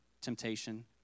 temptation